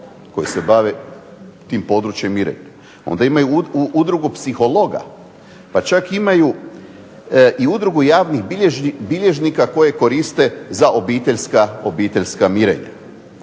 koji se bave tim područjem mirenja. Onda imaju Udrugu psihologa, pa čak imaju i Udrugu javnih bilježnika koje koriste za obiteljska mirenja.